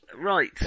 Right